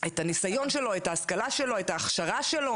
ואחר כך הכנסה לתוך חוק הסדרת מקצועות